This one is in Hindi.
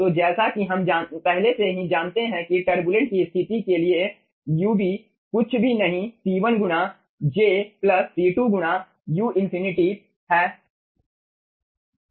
तो जैसा कि हम पहले से ही जानते हैं कि टरबुलेंट की स्थिति के लिए ub कुछ भी नहीं C1 गुणा j प्लस C2 गुणा u∞ है